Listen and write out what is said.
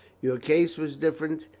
your case was different,